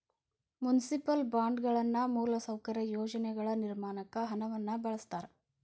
municipal ಬಾಂಡ್ಗಳನ್ನ ಮೂಲಸೌಕರ್ಯ ಯೋಜನೆಗಳ ನಿರ್ಮಾಣಕ್ಕ ಹಣವನ್ನ ಬಳಸ್ತಾರ